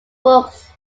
books